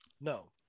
No